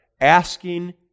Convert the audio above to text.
asking